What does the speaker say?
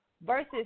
versus